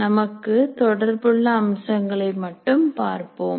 நமக்கு தொடர்புள்ள அம்சங்களை மட்டும் பார்ப்போம்